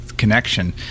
connection